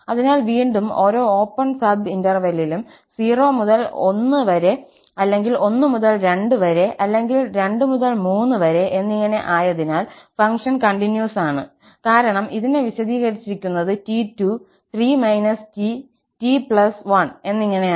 അതിനാൽ വീണ്ടും ഓരോ ഓപ്പൺ സബ് ഇന്റർവെല്ലിലും 0 മുതൽ 1 വരെ അല്ലെങ്കിൽ 1 മുതൽ 2 വരെ അല്ലെങ്കിൽ 2 മുതൽ 3 വരെ എന്നിങ്ങനെ ആയതിനാൽ ഫംഗ്ഷൻ കണ്ടിന്യൂസ് ആണ് കാരണം ഇതിനെ വിശദീകരിച്ചിരിക്കുന്നത് t2 3 t t 1എന്നിങ്ങനെയാണ്